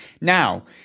Now